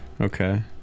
Okay